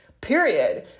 period